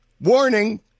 warning